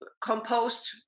composed